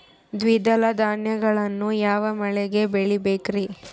ದ್ವಿದಳ ಧಾನ್ಯಗಳನ್ನು ಯಾವ ಮಳೆಗೆ ಬೆಳಿಬೇಕ್ರಿ?